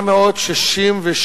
ב-1966